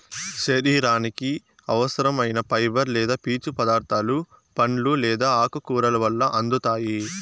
శరీరానికి అవసరం ఐన ఫైబర్ లేదా పీచు పదార్థాలు పండ్లు లేదా ఆకుకూరల వల్ల అందుతాయి